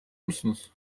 musunuz